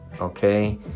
okay